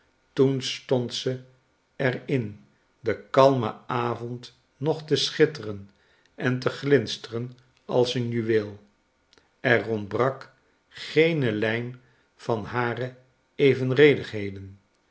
toen stond ze er in den kalmen avond nogte schitteren en teglinsteren als een juweel er ontbrak geene lijn van hare